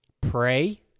Pray